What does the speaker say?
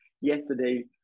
yesterday